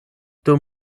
dum